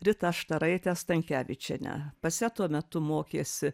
ritą štaraitę stankevičienę pas ją tuo metu mokėsi